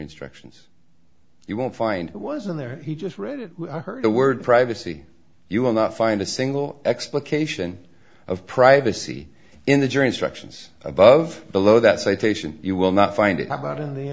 instructions you won't find it was in there he just read it i heard the word privacy you will not find a single explication of privacy in the jury instructions above below that citation you will not find it out on the